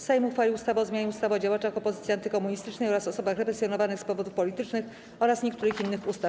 Sejm uchwalił ustawę o zmianie ustawy o działaczach opozycji antykomunistycznej oraz osobach represjonowanych z powodów politycznych oraz niektórych innych ustaw.